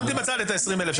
שמתי בצד את ה-20 אלף.